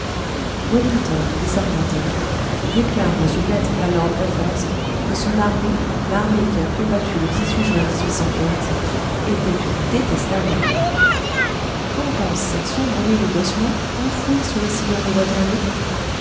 wellington bizarrement ingrat déclare dans une lettre à lord bathurst que son armée l'armée qui a combattu le juin était une détestable armée qu'en pense cette sombre mêlée d'ossements enfouis sous les sillons de waterloo